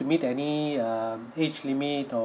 to meet any um age limit or